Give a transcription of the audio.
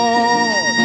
Lord